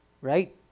right